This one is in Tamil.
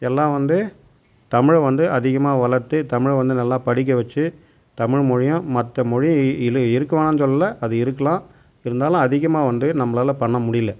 எல்லாம் வந்து தமிழை வந்து அதிகமாக வளர்த்து தமிழை வந்து நல்லா படிக்க வச்சு தமிழ்மொலியும் மற்ற மொழி இலு இருக்கவேணானு சொல்லில் அது இருக்கலாம் இருந்தாலும் அதிகமாக வந்து நம்மளால பண்ண முடியல